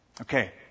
Okay